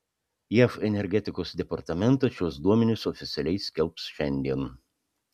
jav energetikos departamentas šiuos duomenis oficialiai skelbs šiandien